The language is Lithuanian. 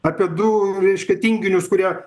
apie du reiškia tinginius kurie